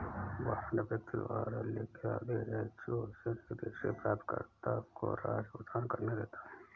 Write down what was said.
warrant व्यक्ति द्वारा लिखित आदेश है जो उसे निर्दिष्ट प्राप्तकर्ता को राशि भुगतान करने देता है